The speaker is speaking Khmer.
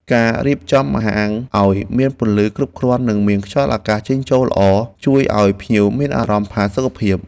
ការរៀបចំហាងឱ្យមានពន្លឺគ្រប់គ្រាន់និងមានខ្យល់អាកាសចេញចូលល្អជួយឱ្យភ្ញៀវមានអារម្មណ៍ផាសុកភាព។